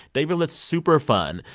david litt's super fun.